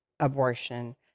Abortion